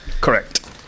Correct